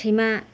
सैमा